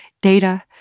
data